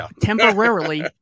temporarily